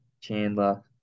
Chandler